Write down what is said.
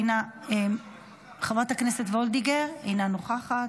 אינה נוכחת,